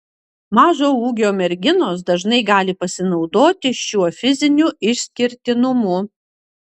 mažo ūgio merginos dažnai gali pasinaudoti šiuo fiziniu išskirtinumu